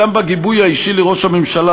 גם בגיבוי האישי לראש הממשלה,